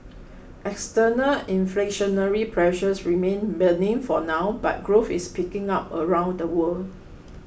external inflationary pressures remain benign for now but growth is picking up around the world